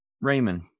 Raymond